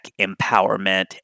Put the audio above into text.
empowerment